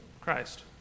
Christ